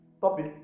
topic